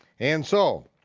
and so,